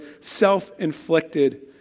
self-inflicted